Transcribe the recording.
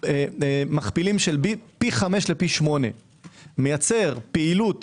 מכפילים של פי 5 לפי 8. מייצר פעילות